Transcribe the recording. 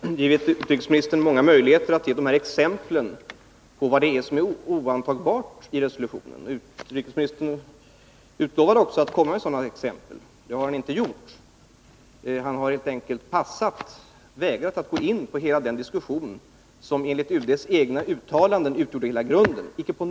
Herr talman! Jag har gett utrikesministern många möjligheter att ge exempel på vad det är som är oantagbart i resolutionen. Utrikesministern utlovade också att komma med sådana exempel. Det har han inte gjort. Han har helt enkelt vägrat att gå in på hela den diskussion som enligt UD:s egna uttalanden utgjorde hela grunden för ställningstagandet.